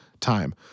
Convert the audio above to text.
time